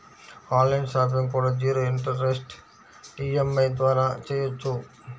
on line shopping కూడా zero interest EMI ద్వారా చెయ్యొచ్చు